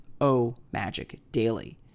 omagicdaily